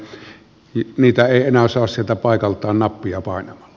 niitä ei enää saa sieltä paikaltaan nappia painamalla